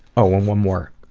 oh, one one more.